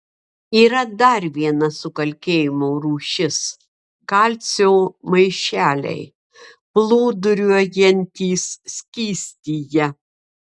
yra dar viena sukalkėjimo rūšis kalcio maišeliai plūduriuojantys skystyje